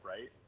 right